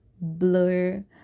blur